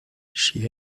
she